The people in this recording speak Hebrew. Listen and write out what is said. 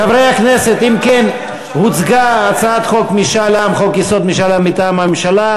חברי הכנסת, אם כן, הוצגה הצעת חוק-יסוד: משאל עם,